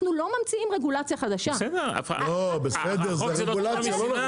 אנחנו לא ממציאים פה רגולציה חדשה --- בסדר זו רגולציה,